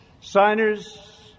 signers